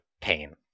pain